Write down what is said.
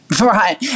Right